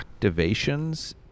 activations